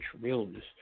realness